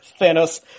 Thanos